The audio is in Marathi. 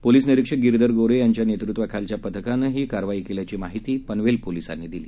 पोलीस निरीक्षक गिरीधर गोरे यांच्या नेतृत्वाखालील पथकाने ही कारवाई केल्याची माहिती पनवेल पोलिसानी दिली